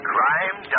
Crime